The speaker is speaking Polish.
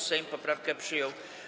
Sejm poprawkę przyjął.